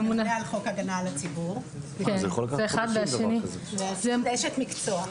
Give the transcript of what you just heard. הממונה על חוק הגנה על הציבור ואשת מקצוע.